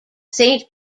saint